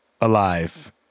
alive